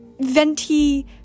venti